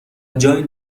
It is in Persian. جایی